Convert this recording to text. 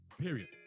period